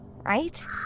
Right